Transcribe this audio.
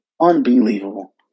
Unbelievable